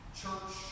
church